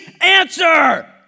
answer